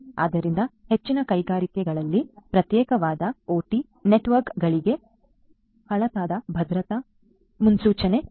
ಆದ್ದರಿಂದ ಹೆಚ್ಚಿನ ಕೈಗಾರಿಕೆಗಳಲ್ಲಿ ಪ್ರತ್ಯೇಕವಾದ ಒಟಿ ನೆಟ್ವರ್ಕ್ಗಳಿಗೆ ಹಳತಾದ ಭದ್ರತಾ ಮುನ್ಸೂಚನೆ ಇದೆ